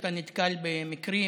כשאתה נתקל במקרים